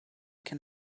can